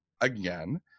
again